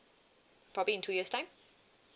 probably in two years' time